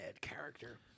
Character